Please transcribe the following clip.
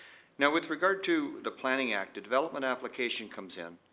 now, with regard to the planning act, the development application comes in,